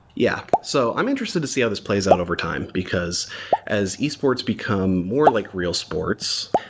yeah. so i'm interested to see how this plays out over time, because as esports become more like real sports,